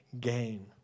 gain